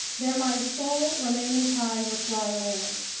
they're my sole remaining ties with dry land.